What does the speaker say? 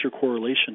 correlation